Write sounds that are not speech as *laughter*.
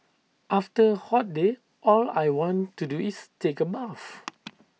after A hot day all I want to do is take A bath *noise*